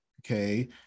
okay